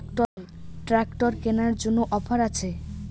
Tractor কেনার জন্য offer আছে?